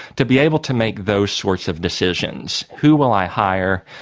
to be able to make those sorts of decisions. who will i hire?